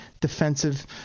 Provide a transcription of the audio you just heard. defensive